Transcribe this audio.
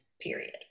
period